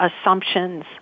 assumptions